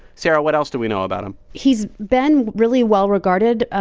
sarah, what else do we know about him? he's been really well-regarded,